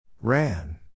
Ran